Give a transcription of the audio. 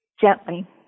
gently